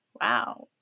wow